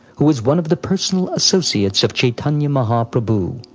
who was one of the personal associates of chaitanya mahaprabhu.